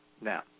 Now